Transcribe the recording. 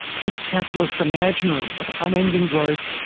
this capitalist imaginary of unending growth,